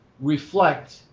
reflect